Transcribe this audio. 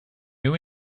new